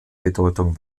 bedeutung